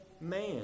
man